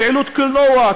פעילות קולנוע,